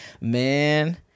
Man